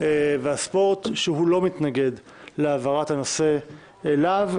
והספורט שהוא לא מתנגד להעברת הנושא אליו.